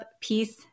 peace